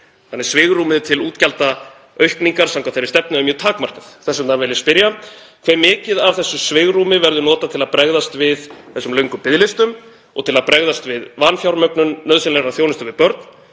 þannig að svigrúmið til útgjaldaaukningar samkvæmt þeirri stefnu er mjög takmarkað. Þess vegna vil ég spyrja. Hve mikið af þessu svigrúmi verður notað til að bregðast við þessum löngum biðlistum og til að bregðast við vanfjármögnun nauðsynlegrar þjónustu við börn?